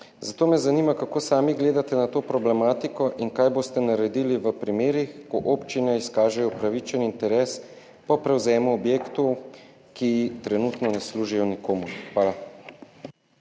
Zato me zanima: Kako sami gledate na to problematiko in kaj boste naredili v primerih, ko občine izkažejo upravičen interes po prevzemu objektov, ki trenutno ne služijo nikomur? Hvala.